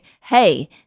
hey